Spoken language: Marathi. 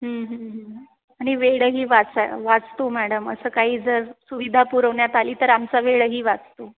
आणि वेळही वाचा वाचतो मॅडम असं काही जर सुविधा पुरवण्यात आली तर आमचा वेळही वाचतो